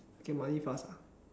get money fast ah